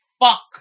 Fuck